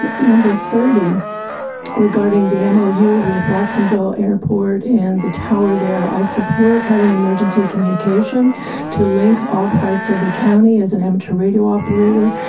but number thirty regarding the mou with watsonville airport and the tower there. i support having emergency communication to link all parts of the county. as an amateur radio operator,